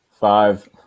Five